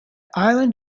island